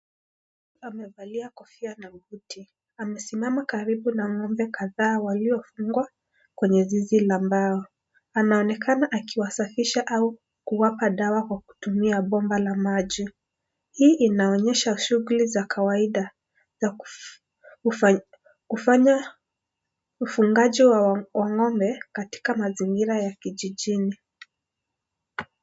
Amevalia kofia na buti. Amesimama karibu na ng'ombe kadhaa waliofungwa kwenye zizi la mbao. Anaonekana akiwasafisha au kuwapa dawa kwa kutumia bomba la maji. Hii inaonyesha shughuli za kawaida za kufanya ufungaji wa ng'ombe katika mazingira ya kijijini.